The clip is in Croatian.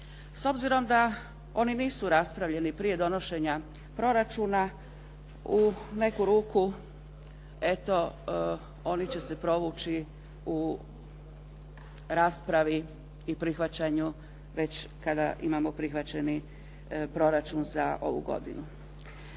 S obzirom da oni nisu raspravljeni prije donošenja proračuna u neku ruku eto oni će se provući u raspravi i prihvaćanju već kada imamo prihvaćeni proračun za ovu godinu.